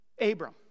abram